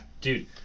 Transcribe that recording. dude